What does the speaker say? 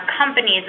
companies